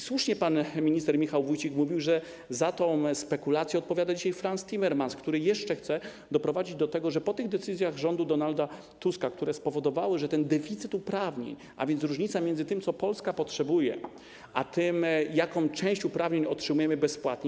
Słusznie mówił pan minister Michał Wójcik, że za tę spekulację odpowiada dzisiaj Frans Timmermans, który chce jeszcze doprowadzić do tego, że po tych decyzjach rządu Donalda Tuska, które spowodowały, że ten deficyt uprawnień, a więc różnica między tym, czego Polska potrzebuje, a tym, jaką część uprawnień otrzymujemy bezpłatnie.